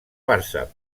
barça